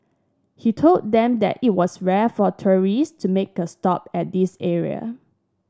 he told them that it was rare for tourists to make a stop at this area